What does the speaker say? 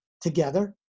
together